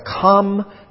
come